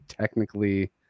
technically